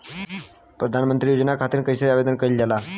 प्रधानमंत्री योजना खातिर कइसे आवेदन कइल जाला?